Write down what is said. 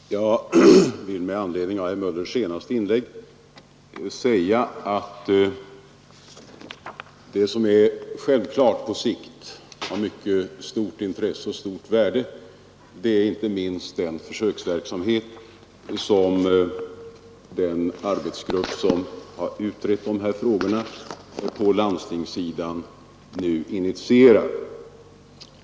Herr talman! Jag vill med anledning av herr Möllers senaste inlägg säga att det som på sikt har mycket stort intresse och värde är den försöksverksamhet som den arbetsgrupp som har utrett dessa frågor på landstingssidan nu initierar.